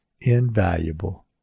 invaluable